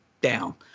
down